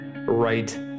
right